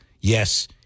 yes